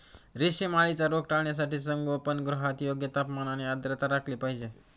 रेशीम अळीचा रोग टाळण्यासाठी संगोपनगृहात योग्य तापमान आणि आर्द्रता राखली पाहिजे